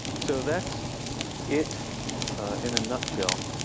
so that's it in a nutshell.